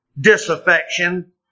disaffection